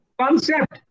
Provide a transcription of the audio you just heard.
concept